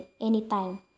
anytime